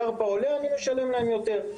כך שאם ירפא עולה אז הלקוח משלם להן יותר.